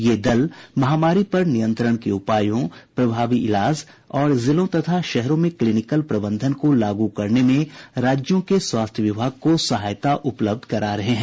ये दल महामारी पर नियंत्रण के उपायों प्रभावी इलाज और जिलों तथा शहरों में क्लीनिक्ल प्रबंधन को लागू करने में राज्यों के स्वास्थ्य विभाग को सहायता उपलब्ध करा रहे हैं